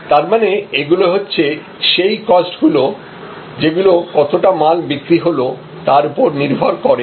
তারমানে এগুলো হচ্ছে সেই কস্ট গুলো যেগুলো কতটা মাল বিক্রি হলো তার উপর নির্ভর করে না